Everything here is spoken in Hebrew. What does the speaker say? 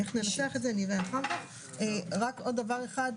נראה אחר כך איך ננסח את זה.